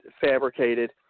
fabricated